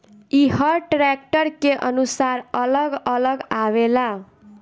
ई हर ट्रैक्टर के अनुसार अलग अलग आवेला